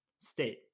state